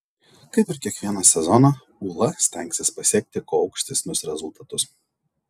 kaip ir kiekvieną sezoną ūla stengsis pasiekti kuo aukštesnius rezultatus